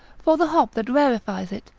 for the hop that rarefies it,